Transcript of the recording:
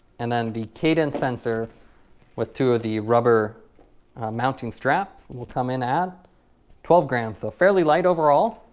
and then the cadence sensor with two of the rubber mounting straps will come in at twelve grams so fairly light overall.